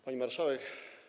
Pani Marszałek!